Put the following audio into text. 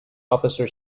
officer